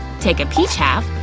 take a peach half